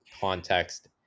context